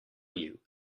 you